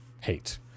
hate